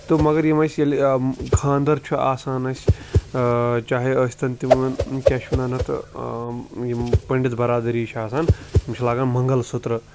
تہٕ مگر یِم اَسہِ ییٚلہِ خاندَر چھُ آسان اَسہِ چاہے ٲسۍتَن تِمن کیٛاہ چھِ وَنان اَتھ یِم پٔنٛڈِت بَرادٔری چھِ آسان تِم چھِ لاگان منٛگَل سُترٕ